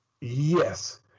Yes